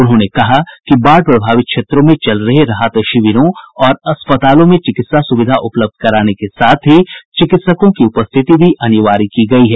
उन्होंने कहा कि बाढ़ प्रभावित क्षेत्रों में चल रहे राहत शिविरों और अस्तपालों में चिकित्सा सुविधा उपलब्ध कराने के साथ ही चिकित्सकों की उपस्थिति भी अनिवार्य की गयी है